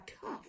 tough